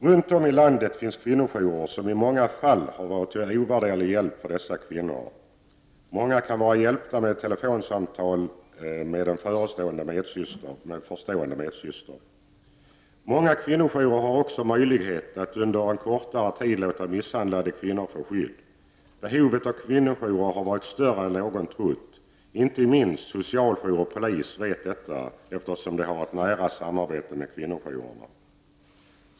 Runt om i landet finns kvinnojourer som i många fall har varit till ovärderlig hjälp för dessa kvinnor. Många kan vara hjälpta med ett telefonsamtal med en förstående medsyster. Många kvinnojourer har också möjlighet att under en kortare tid låta misshandlade kvinnor få skydd. Behovet av kvinnojourer har varit större än någon trott. Inte minst socialjour och polis vet detta, eftersom de har ett nära samarbete med kvinnojourerna.